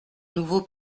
nouveau